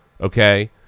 Okay